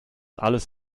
alles